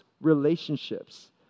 relationships